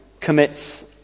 commits